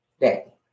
day